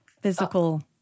physical